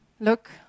Look